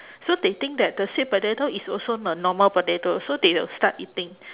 so they think that the sweet potato is also the normal potato so they will start eating